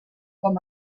com